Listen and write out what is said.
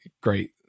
great